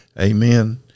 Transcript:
Amen